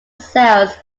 cells